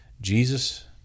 Jesus